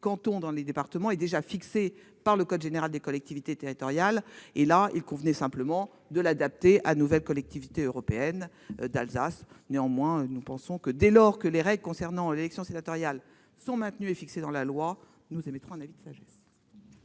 cantons des départements est déjà fixé par le code général des collectivités territoriales. Il convenait simplement de l'adapter à la nouvelle Collectivité européenne d'Alsace. Néanmoins, dès lors que les règles concernant l'élection sénatoriale sont maintenues et fixées dans la loi, la commission émet un avis de sagesse.